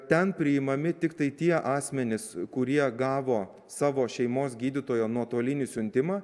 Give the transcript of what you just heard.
ten priimami tiktai tie asmenys kurie gavo savo šeimos gydytojo nuotolinį siuntimą